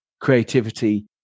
creativity